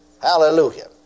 Hallelujah